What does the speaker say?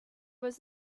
was